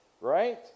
right